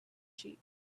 sheep